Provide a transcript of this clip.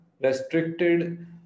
restricted